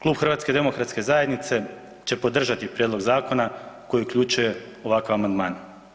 Klub HDZ-a će podržati prijedlog zakona koji uključuje ovakav amandman.